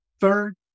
third